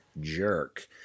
jerk